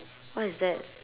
what is that